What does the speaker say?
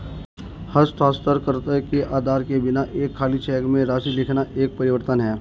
हस्ताक्षरकर्ता के अधिकार के बिना एक खाली चेक में राशि लिखना एक परिवर्तन है